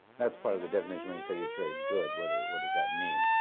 that's part of the definition. when you said he was very good, what what does that mean?